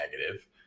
negative